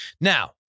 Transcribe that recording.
Now